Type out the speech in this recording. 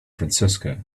francisco